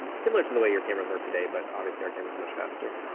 and similar to the way your cameras work today. but obviously, our cameras are much faster.